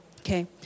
okay